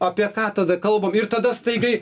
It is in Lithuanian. apie ką tada kalbam ir tada staigiai